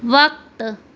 وقت